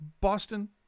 Boston